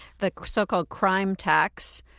the so-called crime tax.